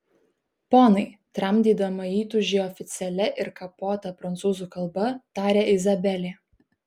ponai tramdydama įtūžį oficialia ir kapota prancūzų kalba tarė izabelė